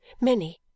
many